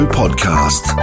podcast